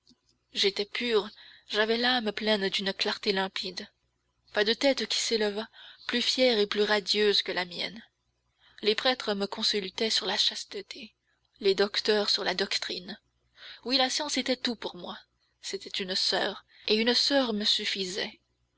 j'étais pur j'avais l'âme pleine d'une clarté limpide pas de tête qui s'élevât plus fière et plus radieuse que la mienne les prêtres me consultaient sur la chasteté les docteurs sur la doctrine oui la science était tout pour moi c'était une soeur et une soeur me suffisait